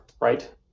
right